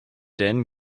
then